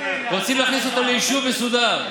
רוצים להכניס אותו ליישוב מסודר,